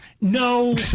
No